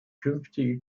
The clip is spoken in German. künftige